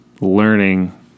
learning